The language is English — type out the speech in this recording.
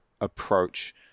approach